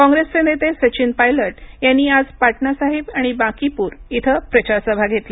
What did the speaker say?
काँग्रसचे नेते सचिन पायलट यांनी आज पाटणासाहिब आणि बांकीपूर इथं प्रचारसभा घेतल्या